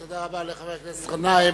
תודה רבה לחבר הכנסת גנאים.